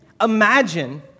Imagine